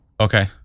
Okay